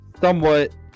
somewhat